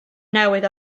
newydd